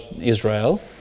Israel